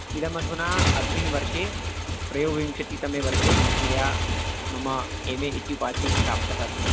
इदमधुना अस्मिन् वर्षे त्रयोविंशतितमे वर्षे मया मम एम् ए इति उपाधिः प्राप्ता अस्ति